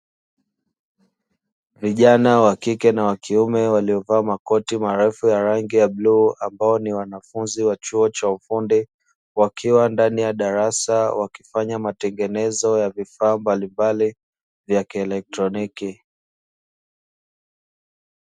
Vijana wa kike na wa kiume waliovaa makoti marefu ya rangi ya bluu, ambao ni wanafunzi wa chuo cha ufundi, wakiwa ndani ya darasa wakifanya matengenezo ya vifaa mbalimbali vya kielekitroniki.